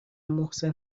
محسن